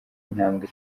intambwe